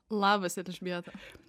labas elžbieta